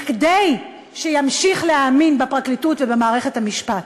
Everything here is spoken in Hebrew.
כדי שימשיך להאמין בפרקליטות ובמערכת המשפט.